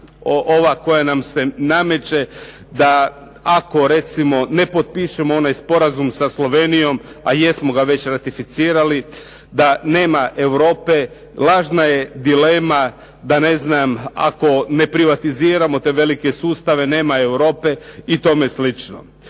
ova koja nam se nameće da ako recimo ne potpišemo onaj sporazum sa Slovenijom, a jesmo ga već ratificirali, da nema Europe. Lažna je dilema da ne znam ako ne privatiziramo te velike sustave nema Europe. I tome slično.